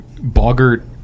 Bogart